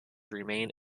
remain